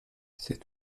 c’est